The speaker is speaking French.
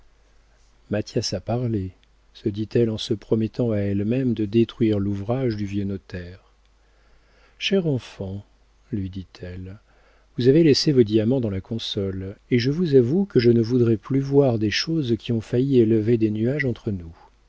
mathias a parlé se dit-elle en se promettant à elle-même de détruire l'ouvrage du vieux notaire cher enfant lui dit-elle vous avez laissé vos diamants dans la console et je vous avoue que je ne voudrais plus voir des choses qui ont failli élever des nuages entre nous